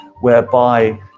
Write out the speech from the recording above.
whereby